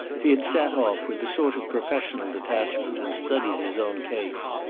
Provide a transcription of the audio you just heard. he had sat off, with a sort of professional detachment, and studied his own case.